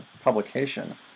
publication